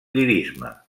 lirisme